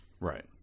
Right